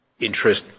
interest